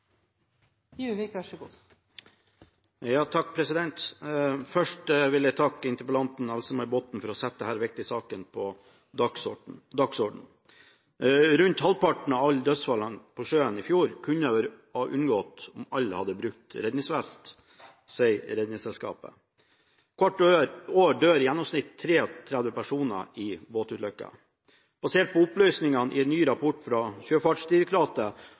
Først vil jeg takke en av forslagsstillerne, Else-May Botten, for å sette denne viktige saken på dagsordenen. Rundt halvparten av alle dødsfallene på sjøen i fjor kunne vært unngått om alle hadde brukt redningsvest, sier Redningsselskapet. Hvert år dør i gjennomsnitt 33 personer i båtulykker. Basert på opplysningene i en ny rapport fra Sjøfartsdirektoratet